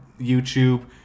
YouTube